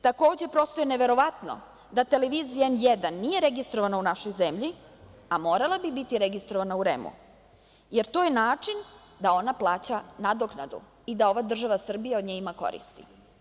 Takođe, prosto je neverovatno da televizija N1 nije registrovana u našoj zemlji, a morala bi biti registrovana u REM-u, jer to je način da ona plaća nadoknadu i da ova država Srbija od nje ima koristi.